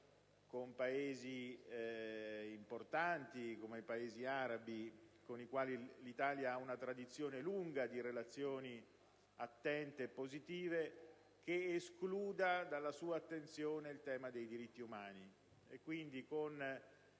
con Paesi importanti come quelli arabi, con i quali l'Italia ha una tradizione lunga di relazioni attente e positive, che escluda dalla sua attenzione il tema dei diritti umani.